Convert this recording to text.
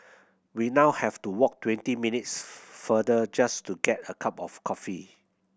we now have to walk twenty minutes farther just to get a cup of coffee